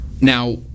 Now